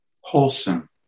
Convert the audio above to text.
wholesome